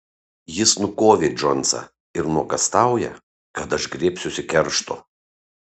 jis nukovė džonsą ir nuogąstauja kad aš griebsiuosi keršto